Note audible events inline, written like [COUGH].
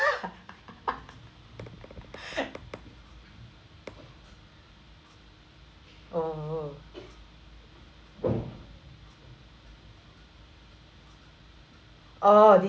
[LAUGHS] oh [NOISE] oh